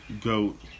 goat